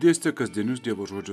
dėstė kasdienius dievo žodžio